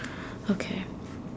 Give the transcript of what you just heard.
okay